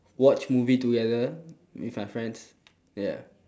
watch movie together with my friends ya